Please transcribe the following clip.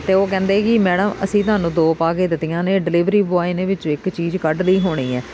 ਅਤੇ ਉਹ ਕਹਿੰਦੇ ਕਿ ਮੈਡਮ ਅਸੀਂ ਤੁਹਾਨੂੰ ਦੋ ਪਾ ਕੇ ਦਿੱਤੀਆਂ ਨੇ ਡਿਲੀਵਰੀ ਬੋਆਏ ਨੇ ਵਿੱਚੋਂ ਇੱਕ ਚੀਜ਼ ਕੱਢ ਲਈ ਹੋਣੀ ਹੈ